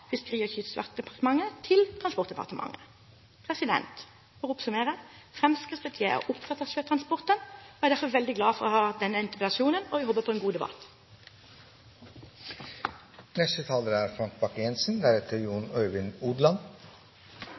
Fiskeri- og kystdepartementet til dette transportdepartementet. For å oppsummere: Fremskrittspartiet er opptatt av sjøtransport, og jeg er derfor veldig glad for denne interpellasjonen, og jeg håper på en god debatt.